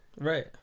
Right